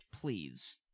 please